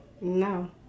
No